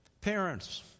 parents